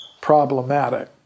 problematic